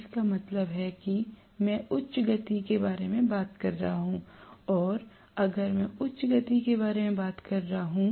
इसका मतलब है कि मैं उच्च गति के बारे में बात कर रहा हूं और अगर मैं उच्च गति के बारे में बात कर रहा हूं